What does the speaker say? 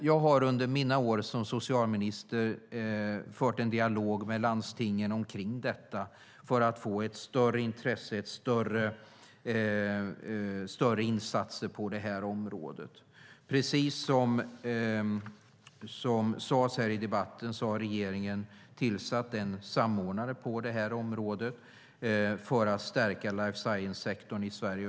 Jag har under mina år som socialminister fört en dialog med landstingen om detta, för att få ett större intresse och större insatser på det här området. Precis som sades i debatten har regeringen tillsatt en samordnare på det här området för att stärka life science-sektorn i Sverige.